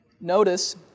Notice